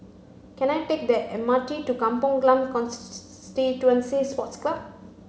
can I take the M R T to Kampong Glam Sports Club